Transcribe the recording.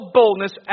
boldness